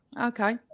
Okay